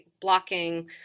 blocking